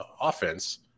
offense